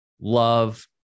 love